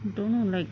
don't know like